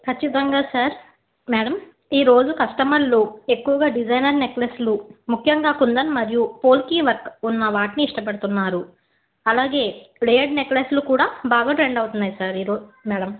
ఖచ్చితంగా sir madam ఈరోజు కస్టమర్లు ఎక్కువగా డిజైనర్ నెక్లెస్లు ముఖ్యంగా కుందన్ మరియు ఫోల్కి వర్క్ ఉన్న వాటిని ఇష్టపడుతున్నారు అలాగే రేర్ నెక్లెస్లు కూడా బాగా ట్రెండ్ అవుతున్నాయి సార్ మేడం